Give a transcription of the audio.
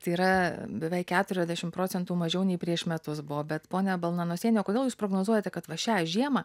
tai yra beveik keturiasdešim procentų mažiau nei prieš metus buvo bet ponia balnanosiene kodėl jūs prognozuojate kad va šią žiemą